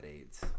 AIDS